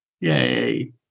Yay